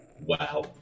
Wow